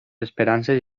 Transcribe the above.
esperances